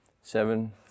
seven